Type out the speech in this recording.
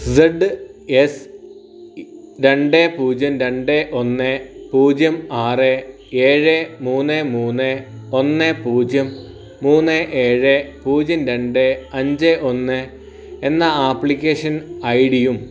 Z S രണ്ട് പൂജ്യം രണ്ട് ഒന്ന് പൂജ്യം ആറ് ഏഴ് മൂന്ന് മൂന്ന് ഒന്ന് പൂജ്യം മൂന്ന് ഏഴ് പൂജ്യം രണ്ട് അഞ്ച് ഒന്ന് എന്ന ആപ്ലിക്കേഷൻ ഐ ഡിയും